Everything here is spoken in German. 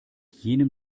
jenem